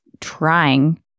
trying